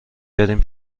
بریم